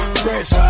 fresh